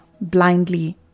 blindly